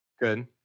Good